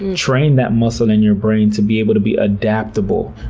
and train that muscle in your brain to be able to be adaptable.